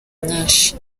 myinshi